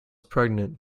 pregnant